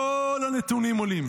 כל הנתונים עולים.